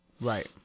right